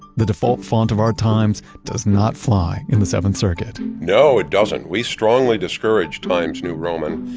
the default font of our times does not fly in the seventh circuit no it doesn't. we strongly discourage times new roman.